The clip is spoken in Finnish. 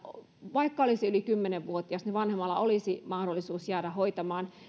vaikka olisi yli kymmenen vuotias niin vanhemmalla olisi mahdollisuus jäädä hoitamaan